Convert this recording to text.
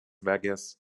vegas